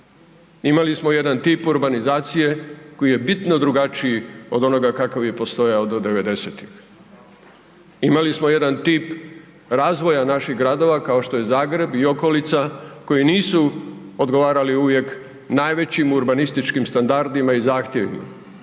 Imali smo jedan tip urbanizacije koji je bitno drugačiji od onoga kakav je postojao do 90.-tih, imali smo jedan tip razvoja naših gradova kao što je Zagreb i okolica koji nisu odgovarali uvijek najvećim urbanističkim standardima i zahtjevima